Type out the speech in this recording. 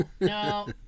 no